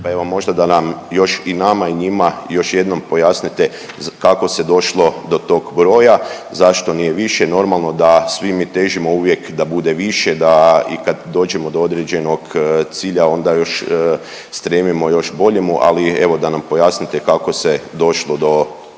možda da nam još i nama i njima još jednom pojasnite kako se došlo do tog broja, zašto nije više, normalno da svi mi težimo uvijek da bude više, da i kad dođemo do određenog cilja onda još stremimo još boljemu, ali evo da nam pojasnite kako se došlo do tih,